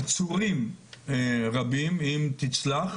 עצורים רבים, אם תצלח